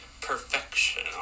perfection